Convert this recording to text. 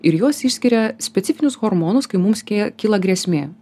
ir jos išskiria specifinius hormonus kai mums ke kyla grėsmė